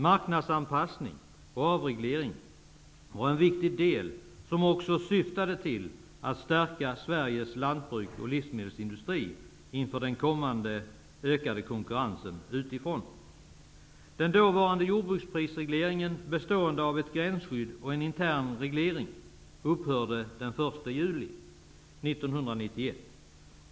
Marknadsanpassning och avreglering var en viktig del som också syftade till att stärka Sveriges lantbruk och livsmedelsindustri inför den kommande ökande konkurrensen utifrån. Den dåvarande jordbruksprisregleringen bestående av ett gränsskydd och en intern reglering upphörde den 1 juli 1991.